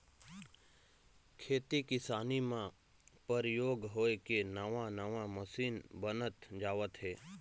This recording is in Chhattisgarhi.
खेती किसानी म परयोग होय के नवा नवा मसीन बनत जावत हे